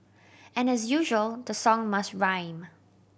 and as usual the song must rhyme